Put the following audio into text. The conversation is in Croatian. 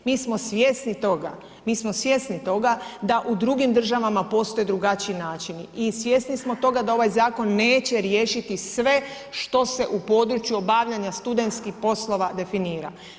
Mi smo svjesni toga, mi smo svjesni toga da u drugim državama postoje drugačiji načini i svjesni smo toga da ovaj zakon neće riješiti sve što se u području obavljanja studentskih poslova definira.